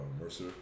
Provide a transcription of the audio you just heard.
Mercer